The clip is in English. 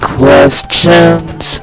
questions